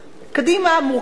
קדימה מורכבת